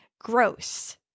gross